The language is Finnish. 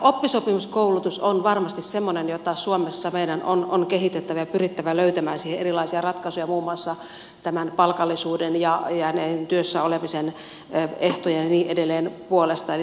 oppisopimuskoulutus on varmasti semmoinen jota meidän suomessa on kehitettävä ja pyrittävä löytämään siihen erilaisia ratkaisuja muun muassa palkallisuuden ja työssä olemisen ehtojen puolesta ja niin edelleen